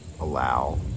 allow